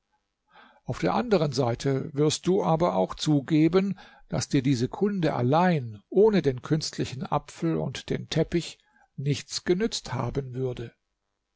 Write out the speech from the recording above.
auf der anderen seite wirst du aber auch zugeben daß dir diese kunde allein ohne den künstlichen apfel und den teppich nichts genützt haben würde